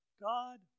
God